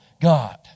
God